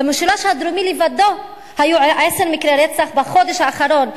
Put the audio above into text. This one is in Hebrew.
במשולש הדרומי לבדו היו עשרה מקרי רצח בחודש האחרון,